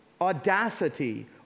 audacity